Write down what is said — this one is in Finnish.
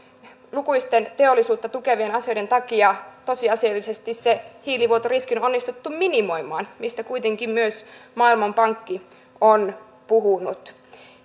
lukuisten teollisuutta tukevien asioiden takia tosiasiallisesti se hiilivuotoriski on onnistuttu minimoimaan mistä kuitenkin myös maailmanpankki on puhunut